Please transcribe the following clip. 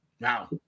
Wow